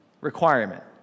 requirement